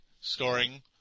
scoring